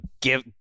give